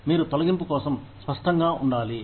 మీరు తొలగింపు కోసం స్పష్టంగా ఉండాలి